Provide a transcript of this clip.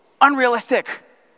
unrealistic